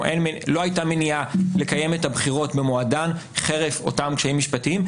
לא הייתה מניעה לקיים את הבחירות במועדן חרף אותם קשיים משפטיים,